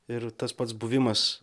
ir tas pats buvimas